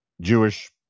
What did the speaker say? Jewish